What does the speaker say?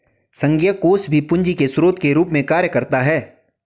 संघीय कोष भी पूंजी के स्रोत के रूप में कार्य करता है